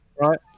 right